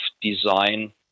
design